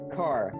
car